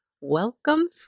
welcome